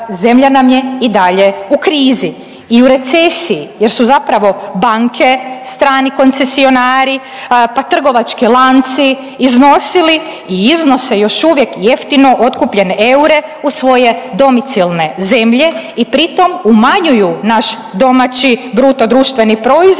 zemlja nam je i dalje u krizi. I u recesiji, jer su zapravo banke strani koncesionari, pa trgovački lanci iznosili i iznose još uvijek jeftino otkupljene eure u svoje domicilne zemlje i pritom umanjuju naš domaći bruto društveni proizvod